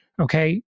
okay